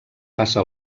passa